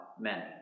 men